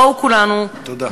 בואו כולנו, תודה.